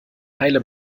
heile